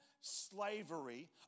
slavery